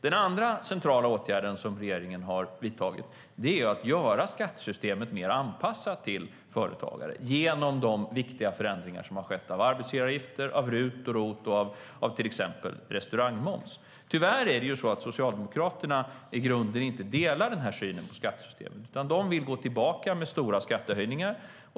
Den andra centrala åtgärden som regeringen har vidtagit är att göra skattesystemet mer anpassat till företagare genom viktiga förändringar av arbetsgivaravgifter, av RUT och ROT och av till exempel restaurangmoms. Tyvärr delar inte Socialdemokraterna denna syn på skattesystemet i grunden. De vill gå tillbaka till stora skattehöjningar.